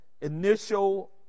initial